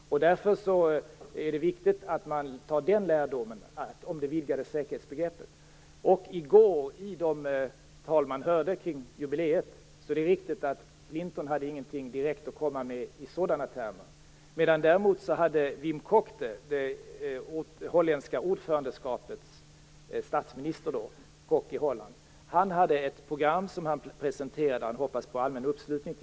Därför är det viktigt att ta med den lärdomen i det vidgade säkerhetsbegreppet. Vid de tal som framfördes vid jubileet i går är det riktigt att Clinton inte hade något att komma med i sådana termer. Däremot presenterade Wim Kok, statsministern i det holländska ordförandeskapet, ett program, och han hoppades på allmän uppslutning.